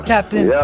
Captain